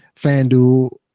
fanduel